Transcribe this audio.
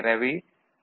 எனவே டி